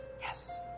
Yes